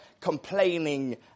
complaining